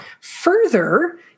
Further